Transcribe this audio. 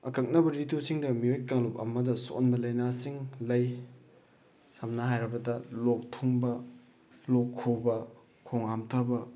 ꯑꯀꯛꯅꯕ ꯔꯤꯇꯨꯁꯤꯡꯗ ꯃꯤꯑꯣꯏ ꯀꯥꯡꯂꯨꯞ ꯑꯃꯗ ꯁꯣꯛꯍꯟꯕ ꯂꯥꯏꯅꯥꯁꯤꯡ ꯂꯩ ꯁꯝꯅ ꯍꯥꯏꯔꯕꯗ ꯂꯣꯛ ꯊꯨꯡꯕ ꯂꯣꯛ ꯈꯨꯕ ꯈꯣꯡ ꯍꯥꯝꯊꯕ